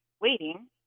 waiting